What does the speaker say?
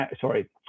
sorry